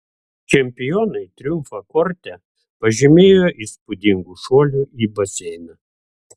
čempionai triumfą korte pažymėjo įspūdingu šuoliu į baseiną